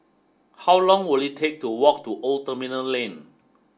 how long will it take to walk to Old Terminal Lane